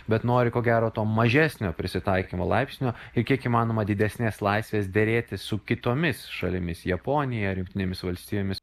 bet nori ko gero to mažesnio prisitaikymo laipsnio ir kiek įmanoma didesnės laisvės derėtis su kitomis šalimis japonija ar jungtinėmis valstijomis